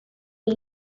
see